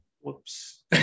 whoops